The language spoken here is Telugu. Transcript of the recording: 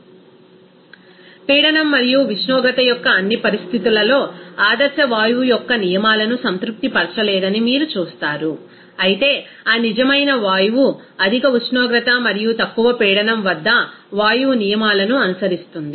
రిఫర్ స్లయిడ్ టైం 0454 పీడనం మరియు ఉష్ణోగ్రత యొక్క అన్ని పరిస్థితులలో ఆదర్శ వాయువు యొక్క నియమాలను సంతృప్తి పరచ లేదని మీరు చూస్తారు అయితే ఆ నిజమైన వాయువు అధిక ఉష్ణోగ్రత మరియు తక్కువ పీడనం వద్ద వాయువు నియమాలను అనుసరిస్తుంది